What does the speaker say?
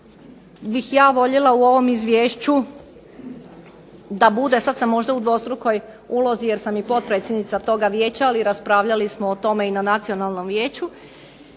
bih ja voljela u ovom izvješću da bude, sad sam možda u dvostrukoj ulozi jer sam i potpredsjednica toga Vijeća, ali raspravljali smo o tome i na Nacionalnom vijeću.